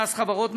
מס חברות,